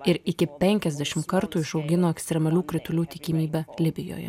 ir iki penkiasdešim kartų išaugino ekstremalių kritulių tikimybę libijoje